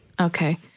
Okay